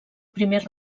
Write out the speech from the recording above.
primer